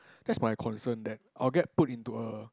that's my concern that I'll get put into a